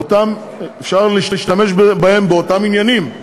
אפשר להשתמש בהם באותם עניינים,